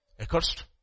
accursed